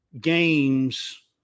games